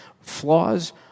flaws